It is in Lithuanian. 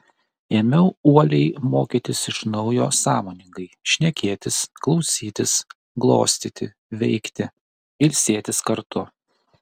ėmiau uoliai mokytis iš naujo sąmoningai šnekėtis klausytis glostyti veikti ilsėtis kartu